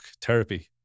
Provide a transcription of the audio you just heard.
therapy